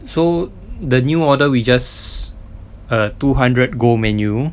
so the new order we just err two hundred gold man U